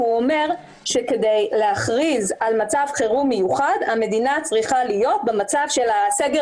כדי להכריז על מצב חירום מיוחד המדינה צריכה להיות במצב של סגר